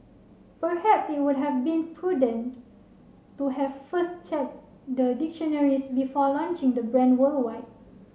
perhaps it would have been prudent to have first checked the dictionaries before launching the brand worldwide